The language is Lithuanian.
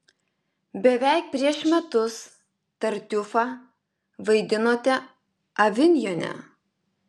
beveik prieš metus tartiufą vaidinote avinjone